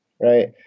Right